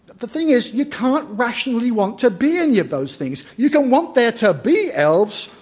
the thing is, you can't rationally want to be any of those things. you can want there to be elves,